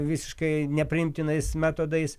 visiškai nepriimtinais metodais